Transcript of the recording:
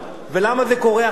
ולמה זה קורה עכשיו,